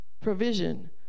provision